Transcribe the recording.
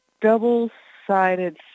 double-sided